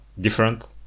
different